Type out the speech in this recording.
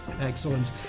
Excellent